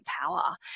power